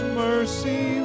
mercy